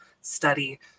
study